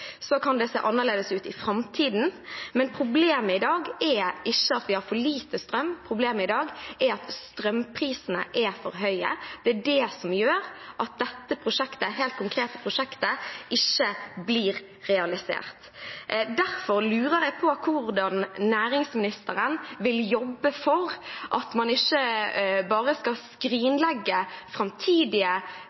Så kan dette komme til å se annerledes ut i framtiden, men problemet i dag er ikke at vi har for lite strøm. Problemet i dag er at strømprisene er for høye. Det er det som gjør at dette prosjektet, dette helt konkrete prosjektet, ikke blir realisert. Derfor lurer jeg på hvordan næringsministeren vil jobbe for at man ikke bare skal skrinlegge framtidige